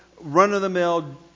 run-of-the-mill